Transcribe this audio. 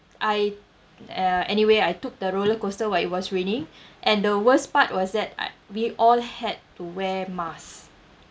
I uh anyway I took the roller coaster while it was raining and the worst part was that uh we all had to wear masks